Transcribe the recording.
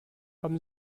haben